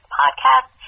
podcast